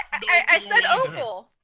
i said opal.